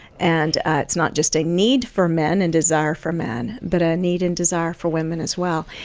and it's not just a need for men and desire for men, but a need and desire for women as well.